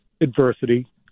adversity